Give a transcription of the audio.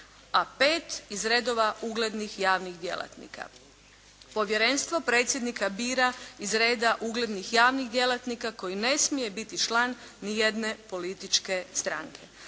a pet iz redova uglednih javnih djelatnika. Povjerenstvo predsjednika bira iz reda uglednih javnih djelatnika koji ne smije biti član nijedne političke stranke.